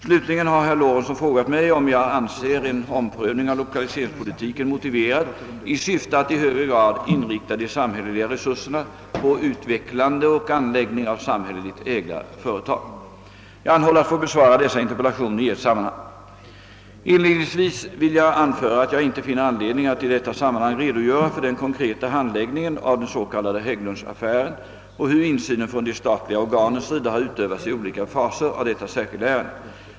Slutligen har herr Lorentzon frågat mig, om jag anser en omprövning av lokaliseringspolitiken motiverad i syfte att i högre grad inrikta de samhälleliga resurserna på utvecklande och anläggning av samhälleligt ägda företag. Jag anhåller att få besvara dessa interpellationer i ett sammanhang. Inledningsvis vill jag anföra att jag inte finner anledning att i detta sammanhang redogöra för den konkreta handläggningen av den s.k. Hägglundsaffären och hur insynen från de statliga organens sida har utövats i olika faser av detta särskilda ärende.